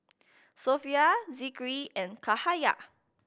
Sofea Zikri and Cahaya